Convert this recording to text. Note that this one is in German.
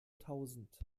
tausend